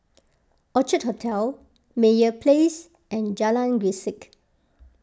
Orchard Hotel Meyer Place and Jalan Grisek